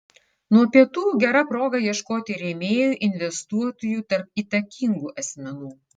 nuo pietų gera proga ieškoti rėmėjų investuotojų tarp įtakingų asmenų